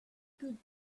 good